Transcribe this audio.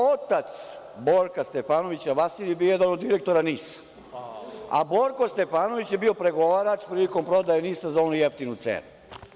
Otac Borka Stefanovića, Vasilije, bio je jedan od direktora NIS, a Borko Stefanović je bio pregovarač prilikom prodaje NIS za onu jeftinu cenu.